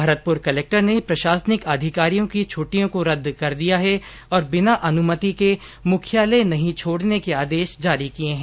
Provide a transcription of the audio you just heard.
Bharatpur collector ने प्रशासनिक अधिकारियों की छुट्टियों को रद्द कर दिया है और बिना अनुमति के मुख्यालय नहीं छोड़ने के आदेश जारी किए हैं